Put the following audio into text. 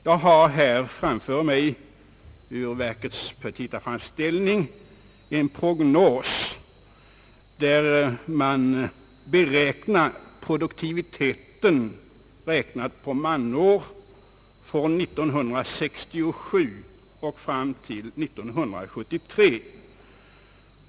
Jag har här framför mig ur verkets petitaframställning en prognos, där man beräknar produktiviteten räknad på man-år från 1967 fram till 1973.